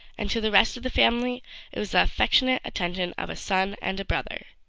and to the rest of the family it was the affectionate attention of a son and a brother.